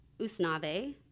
Usnave